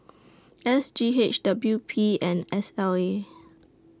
S G H W P and S L A